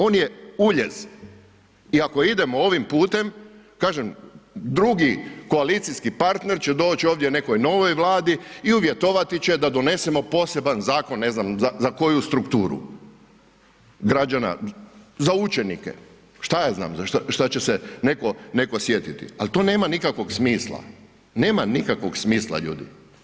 On je uljez i ako idemo ovim putem, kažem, drugi koalicijski partner će doć ovdje nekoj novoj Vladi i uvjetovati će da donesemo poseban zakon, ne znam za koju strukturu, građana, za učenike, šta ja znam za šta će se neko sjetiti ali to nema nikakvog smisla, nema nikakvog smisla, ljudi.